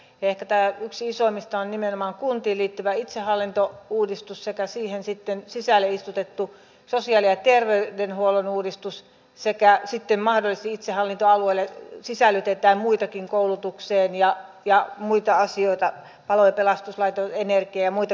ehkä täällä yksi isoimmista on nimenomaan kuntiin liittyvä itsehallintouudistus sekä sitten siihen sisälle istutettu sosiaali ja terveydenhuollon uudistus sekä sitten mahdollisesti itsehallintoalueille sisällytetään muitakin koulutus ja muita asioita palo ja pelastuslaitos energia ja muita kysymyksiä